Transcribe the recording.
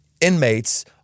inmates